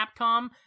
Capcom